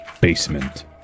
Basement